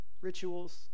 rituals